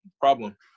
problem